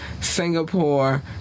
Singapore